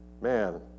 man